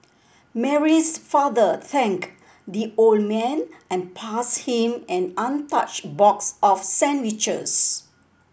Mary's father thanked the old man and passed him an untouched box of sandwiches